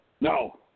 no